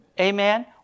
Amen